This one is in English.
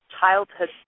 childhood